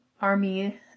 army